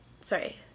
Sorry